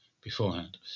beforehand